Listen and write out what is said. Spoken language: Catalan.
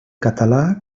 català